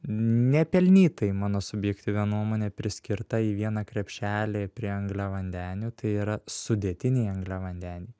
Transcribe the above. nepelnytai mano subjektyvia nuomone priskirta į vieną krepšelį prie angliavandenių tai yra sudėtiniai angliavandeniai